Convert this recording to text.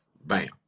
Bam